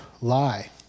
lie